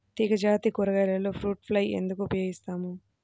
తీగజాతి కూరగాయలలో fruit fly ఎందుకు ఉపయోగిస్తాము?